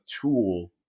tool